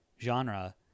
genre